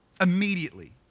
Immediately